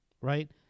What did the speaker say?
Right